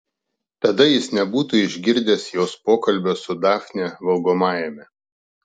tada jis nebūtų išgirdęs jos pokalbio su dafne valgomajame